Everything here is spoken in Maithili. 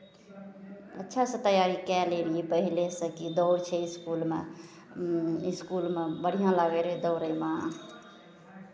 अच्छासँ तैयारी कए लैत रहियै पहिलेसँ कि दौड़ छै इसकुलमे इसकुलमे बढ़िआँ लागैत रहै दौड़यमे